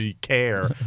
care